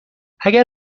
اگر